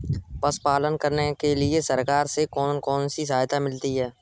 पशु पालन करने के लिए सरकार से कौन कौन सी सहायता मिलती है